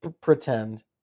pretend